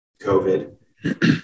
covid